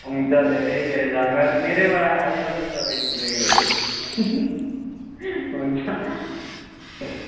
हुन्छ धेरै धेरै धन्यवाद मैरेबाट खाइरहनु होस् तपाईँ जिन्दगी भरी हुन्छ